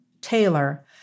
Taylor